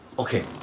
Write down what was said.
okay.